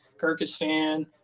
Kyrgyzstan